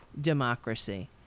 democracy